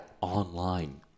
online